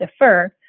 defer